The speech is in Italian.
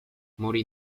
morì